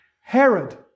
Herod